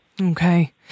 Okay